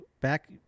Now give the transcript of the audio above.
back